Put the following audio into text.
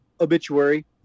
obituary